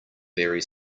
very